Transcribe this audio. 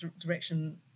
direction